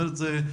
זה מדאיג.